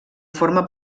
forma